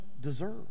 deserve